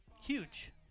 Huge